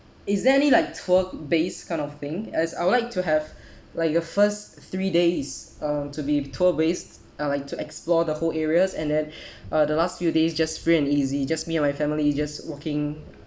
is there any like tour based kind of thing as I would like to have like the first three days um to be tour based uh like to explore the whole areas and then uh the last few days just free and easy just me and my family just walking